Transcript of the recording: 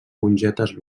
mongetes